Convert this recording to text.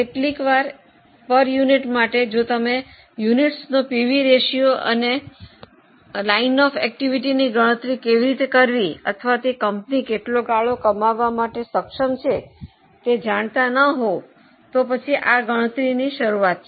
કેટલીકવાર એકમ માટે જો તમે એકમોના પીવી રેશિયો અને પ્રવૃત્તિની લાઇનની ગણતરી કેવી રીતે કરવી તે અથવા કંપની કેટલો ગાળો કમાવવા માટે સક્ષમ છે તે જાણતા ન હોવ તો પછી આ ગણતરી શરૂઆત છે